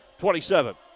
27